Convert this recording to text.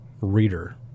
reader